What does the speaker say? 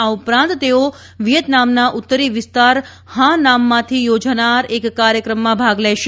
આ ઉપરાંત તેઓ વિયેતનામના ઉત્તરી વિસ્તાર હા નામમાંથી યોજાનાર એક કાર્યક્રમમાં ભાગ લેશે